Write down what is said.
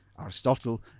Aristotle